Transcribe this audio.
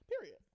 period